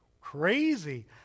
crazy